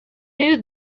knew